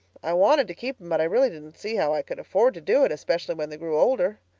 i wanted to keep them but i really didn't see how i could afford to do it, especially when they grew older.